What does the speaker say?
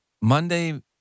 Monday